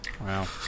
Wow